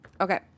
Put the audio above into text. Okay